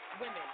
women